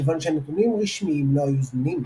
מכיוון שנתונים רשמיים לא היו זמינים